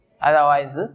Otherwise